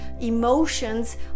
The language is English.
emotions